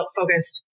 focused